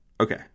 Okay